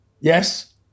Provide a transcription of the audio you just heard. yes